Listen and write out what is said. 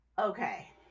Okay